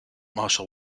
marshal